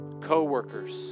coworkers